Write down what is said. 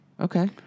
Okay